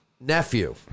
nephew